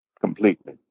completely